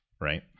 right